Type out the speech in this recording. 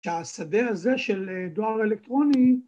‫שהשדה הזה של אה.. דואר אלקטרוני...